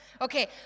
Okay